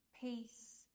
peace